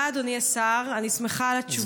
תודה, אדוני השר, אני שמחה על התשובה.